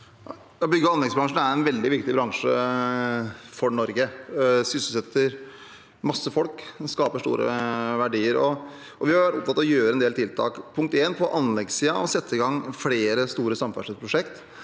Byg- ge- og anleggsbransjen er en veldig viktig bransje for Norge. Den sysselsetter masse folk, og den skaper store verdier. Vi har vært opptatt av å gjøre en del tiltak. Punkt én: på anleggssiden å sette i gang flere store samferdselsprosjekt,